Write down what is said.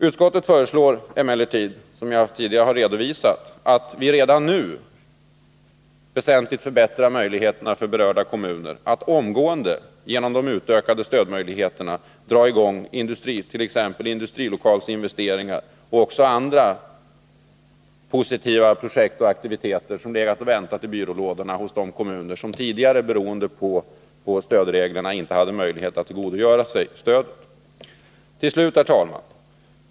Utskottet föreslår emellertid, som jag tidigare har redovisat, att vi redan nu väsentligt förbättrar möjligheterna för berörda kommuner att omgående genom de utökade stödmöjligheterna dra i gång t.ex. industrilokalsinvesteringar och även andra positiva projekt och aktiviteter som legat och väntat i byrålådorna hos de kommuner som tidigare, beroende på stödreglerna, inte hade möjlighet att tillgodogöra sig stödet. Till slut, herr talman!